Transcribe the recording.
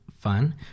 fun